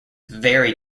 very